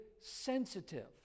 sensitive